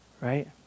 right